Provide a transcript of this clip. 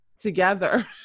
together